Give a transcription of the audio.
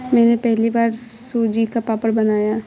मैंने पहली बार सूजी का पापड़ बनाया